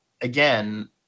again